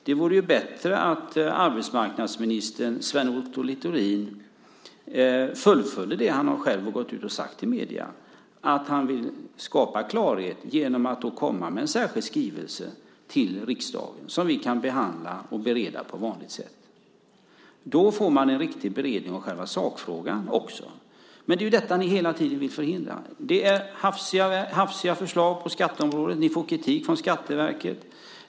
Det vore bättre att arbetsmarknadsminister Sven Otto Littorin fullföljde det han själv gått ut och sagt till medierna: att han vill skapa klarhet genom att komma med en särskild skrivelse till riksdagen, som vi kan behandla och bereda på vanligt sätt. Då får man en riktig beredning av själva sakfrågan också. Det är detta ni hela tiden vill förhindra. Ni kommer med hafsiga förslag på skatteområdet. Ni får kritik från Skatteverket.